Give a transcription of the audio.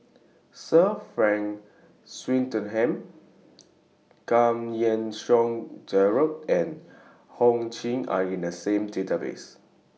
Sir Frank Swettenham Giam Yean Song Gerald and Ho Ching Are in The Database